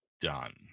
done